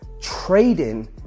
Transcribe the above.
trading